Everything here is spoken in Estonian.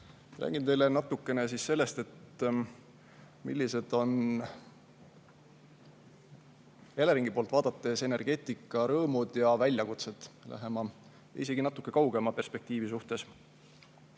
Räägin teile natukene sellest, millised on Eleringi poolt vaadates energeetika rõõmud ja väljakutsed lähemas ja isegi natuke kaugemas perspektiivis.